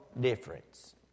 difference